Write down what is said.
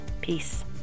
peace